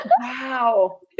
Wow